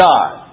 God